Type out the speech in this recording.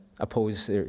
Oppose